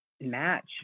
match